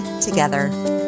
together